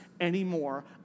anymore